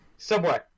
Subway